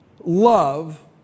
love